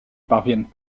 parviennent